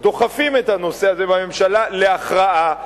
דוחפים את הנושא הזה בממשלה להכרעה.